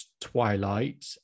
twilight